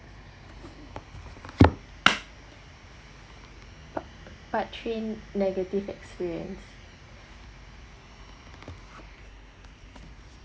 part three negative experience